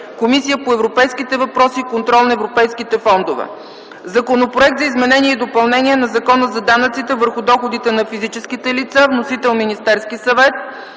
Комисията по европейските въпроси и контрол на европейските фондове. Законопроект за изменение и допълнение на Закона за данъците върху доходите на физическите лица. Вносител е Министерският съвет.